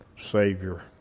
Savior